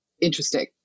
interesting